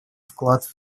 вклад